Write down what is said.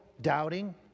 doubting